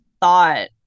thought